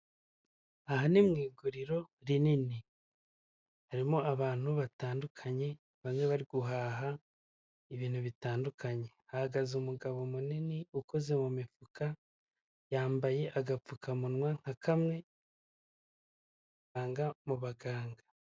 Aha ni mu iguriro rinini. Harimo abantu batandukanye, bamwe bari guhaha ibintu bitandukanye. Hahagaze umugabo munini ukoze mu mifuka, yambaye agapfukamunwa nka kamwe usanga mu baganga.